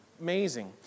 amazing